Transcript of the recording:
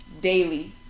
daily